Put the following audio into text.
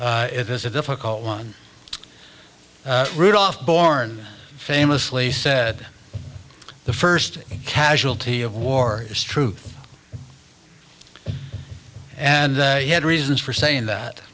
it is a difficult one rudolph born famously said the first casualty of war is truth and he had reasons for saying that